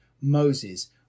Moses